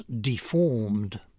deformed